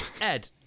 Ed